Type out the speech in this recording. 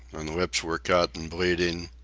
and lips were cut and bleeding,